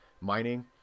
mining